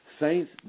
Saints